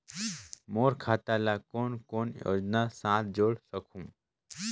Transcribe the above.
मोर खाता ला कौन कौन योजना साथ जोड़ सकहुं?